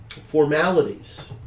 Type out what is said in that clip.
formalities